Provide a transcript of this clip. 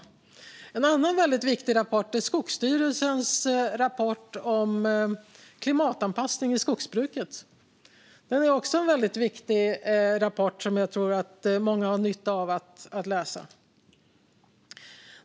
Det finns en annan rapport från Skogsstyrelsen om klimatanpassning i skogsbruket. Det är också en viktig rapport som jag tror att många har nytta av att läsa.